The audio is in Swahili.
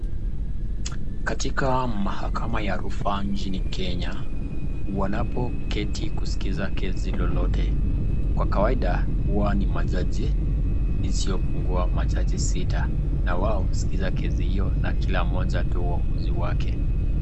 Katika mahakama ya Rufaa nchini Kenya, wanapo keti kusikiza kesi lolote. Kwa kawaida, huwa ni majaji, isiopungua majaji sita, na wao husikiza kesi hiyo na kila mmoja utoa uamuzi wake.